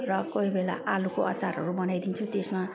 र कोही बेला आलुको अचारहरू बनाइदिन्छु त्यसमा